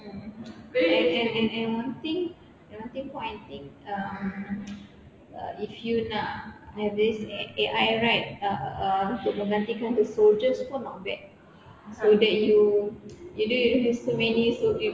mm and and and one thing and one thing pun I think um if you nak have this A_I right untuk menggantikan the soldiers pun not bad so that you you don't use so many soldiers let's say you go to war ah kan tak ada ramai lah human beings yang mati mm